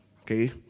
Okay